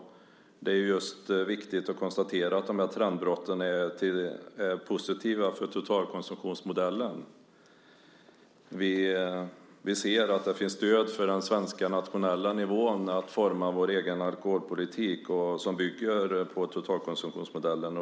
Det är viktigt att konstatera att de här trendbrotten är positiva för totalkonsumtionsmodellen. Vi ser att det finns stöd för den svenska nationella nivån när det gäller att forma vår egen alkoholpolitik som bygger på totalkonsumtionsmodellen.